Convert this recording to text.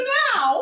now